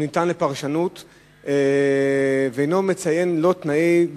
ניתן לפרשנות ואינו מציין לא תנאי,